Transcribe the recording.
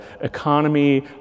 economy